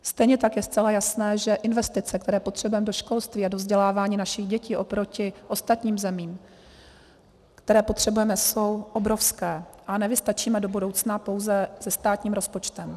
Stejně tak je zcela jasné, že investice, které potřebujeme do školství a do vzdělávání našich dětí oproti ostatním zemím, které potřebujeme, jsou obrovské a nevystačíme do budoucna pouze se státním rozpočtem.